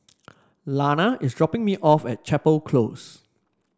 Lana is dropping me off at Chapel Close